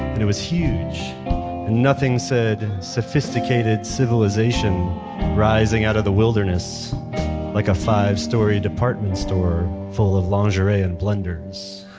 it was huge and nothing said sophisticated civilization rising out of the wilderness like a five-story department store full of lingerie and blenders.